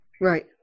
Right